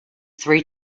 three